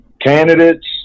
candidates